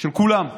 של כולן.